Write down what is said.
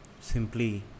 simply